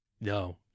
No